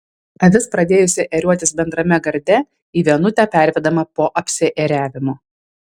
avis pradėjusi ėriuotis bendrame garde į vienutę pervedama po apsiėriavimo